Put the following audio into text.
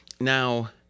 now